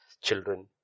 children